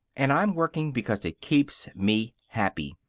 and i'm working because it keeps me happy.